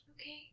Okay